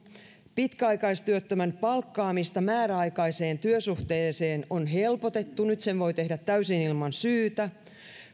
pitkäaikaistyöttömän palkkaamista määräaikaiseen työsuhteeseen on helpotettu nyt sen voi tehdä täysin ilman syytä